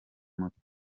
moto